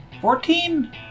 Fourteen